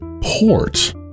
port